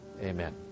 Amen